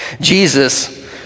Jesus